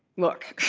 look.